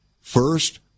First